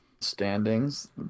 standings